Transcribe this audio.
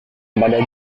kepada